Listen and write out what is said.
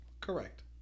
correct